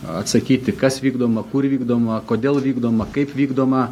atsakyti kas vykdoma kur vykdoma kodėl vykdoma kaip vykdoma